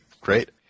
great